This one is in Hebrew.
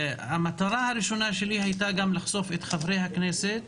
המטרה הראשונה שלי הייתה לחשוף את חברי הכנסת